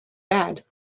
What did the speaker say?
bed